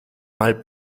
mal